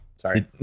Sorry